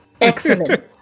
Excellent